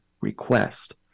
request